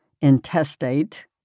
intestate